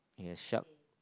yes shark